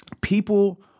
people